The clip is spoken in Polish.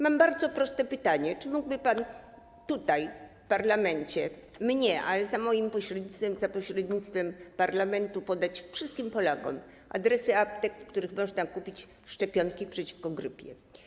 Mam bardzo proste pytanie: Czy mógłby pan tutaj, w parlamencie podać mi, a za moim pośrednictwem i za pośrednictwem parlamentu wszystkim Polakom, adresy aptek, w których można kupić szczepionki przeciwko grypie?